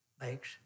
makes